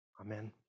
Amen